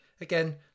again